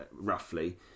roughly